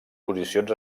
posicions